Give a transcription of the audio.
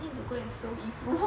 I need to go and 收衣服